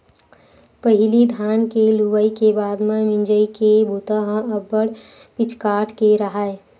पहिली धान के लुवई के बाद म मिंजई के बूता ह अब्बड़ पिचकाट के राहय